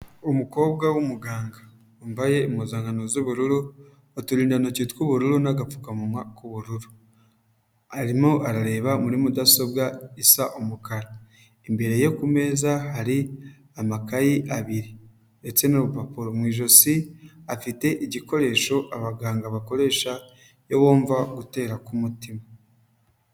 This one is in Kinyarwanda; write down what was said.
Umukobwa w'umuganga, wambaye impuzankano z'ubururu, uturindantoki tw'ubururu, n'agapfukamunwa k'ubururu, arimo arareba muri mudasobwa isa umukara, imbere ye ku meza hari amakayi abiri, ndetse n'urupapuro, mu ijosi afite igikoresho abaganga bakoresha, iyo bumva gutera k'umutima.